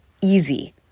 easy